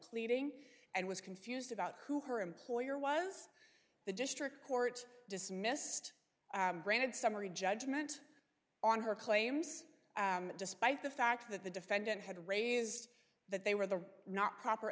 pleading and was confused about who her employer was the district court dismissed granted summary judgment on her claims despite the fact that the defendant had raised that they were the not proper